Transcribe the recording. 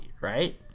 right